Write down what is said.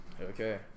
Okay